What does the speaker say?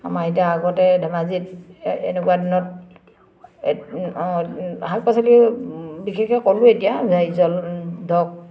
আমাৰ এতিয়া আগতে ধেমাজিত এ এনেকুৱা দিনত শাক পাচলি বিশেষকৈ কৰোঁ এতিয়া জল ধৰক